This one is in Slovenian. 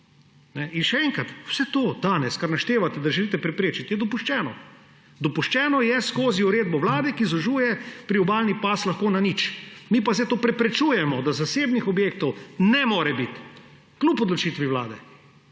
In še enkrat, vse to danes, kar naštevate, da želite preprečiti, je dopuščeno. Dopuščeno je skozi uredbo Vlade, ki zožuje priobalni pas lahko na nič. Mi pa zdaj to preprečujemo, da zasebnih objektov ne more biti kljub odločitvi Vlade.